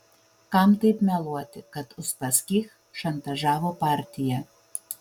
kam taip meluoti kad uspaskich šantažavo partiją